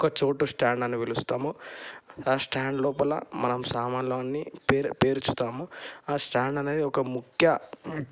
ఒక చోటు స్టాండ్ అని పిలుస్తాము ఆ స్టాండ్ లోపల మనం సామానులు అన్నీ పేర్చుతాము ఆ స్టాండ్ అనేది ఒక ముఖ్య